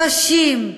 קשים,